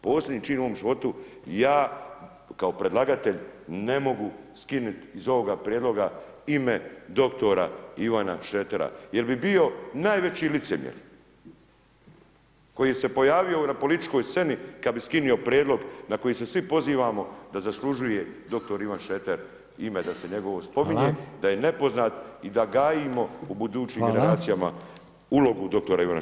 Posljednji čin u mom životu, ja kao predlagatelj ne mobu skinuti iz ovoga prijedloga ime dr. Ivana Šretera jer bi bio najveći licemjer koji se pojavio na političkoj sceni kad bi skinuo prijedlog na koji se svi pozivamo da zaslužuje dr. Ivan Šreter ime da se njegovo spominje, da je nepoznat i da gajimo budućim generacijama ulogu dr. Šretera kao mirotvorca.